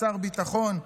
שר ביטחון,